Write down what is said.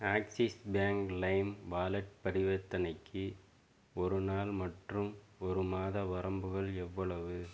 axis bank Lime wallet பரிவர்த்தனைக்கு ஒரு நாள் மற்றும் ஒரு மாத வரம்புகள் எவ்வளவு